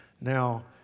Now